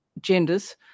genders